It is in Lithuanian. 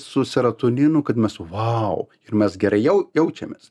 su serotoninu kad mes vau ir mes gerai jau jaučiamės